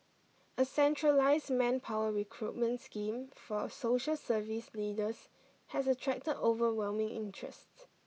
a centralised manpower recruitment scheme for a social service leaders has attracted overwhelming interests